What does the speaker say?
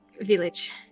village